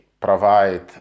provide